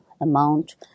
amount